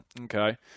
okay